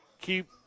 keep